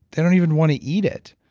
they don't even want to eat it,